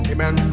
Amen